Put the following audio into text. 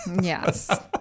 Yes